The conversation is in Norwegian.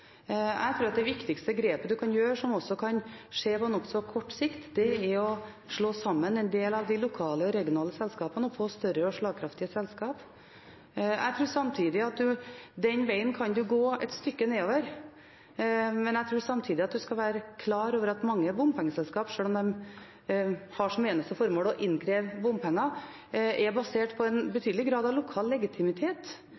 Jeg tror at det viktigste grepet man kan gjøre, som også kan skje på nokså kort sikt, er å slå sammen en del av de lokale og regionale selskapene og få større og slagkraftige selskap. Jeg tror at den vegen kan man gå et stykke nedover, men jeg tror samtidig at man skal være klar over at mange bompengeselskap, sjøl om de har som eneste formål å innkreve bompenger, er basert på en